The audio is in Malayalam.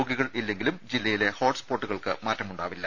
രോഗികൾ ഇല്ലെങ്കിലും ജില്ലയിലെ ഹോട്സ്പോട്ടുകൾക്ക് മാറ്റം ഉണ്ടാകില്ല